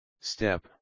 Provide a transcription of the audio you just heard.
step